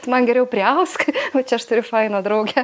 tu man geriau priausk va čia aš turiu fainą draugę